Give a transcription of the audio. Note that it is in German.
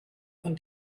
von